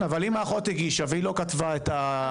כן, אבל אם האחות הגישה והיא לא כתבה את ההורה.